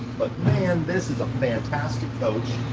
but man, this is a fantastic coach.